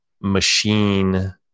machine